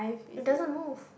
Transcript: it doesn't move